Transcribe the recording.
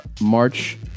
March